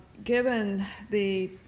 given the